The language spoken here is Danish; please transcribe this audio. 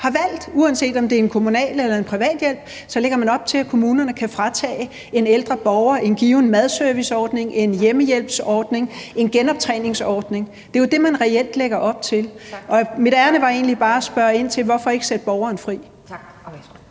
har valgt. Uanset om det er en kommunal eller privat hjælp, lægger man op til, at kommunerne kan fratage en ældre borger en given madserviceordning, en hjemmehjælpsordning eller en genoptræningsordning. Det er jo det, man reelt lægger op til. Mit ærinde er egentlig bare at spørge ind til: Hvorfor ikke sætte borgerne fri?